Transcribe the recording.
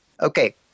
Okay